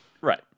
right